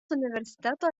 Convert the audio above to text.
universiteto